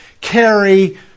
carry